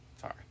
Sorry